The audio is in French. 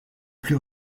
plus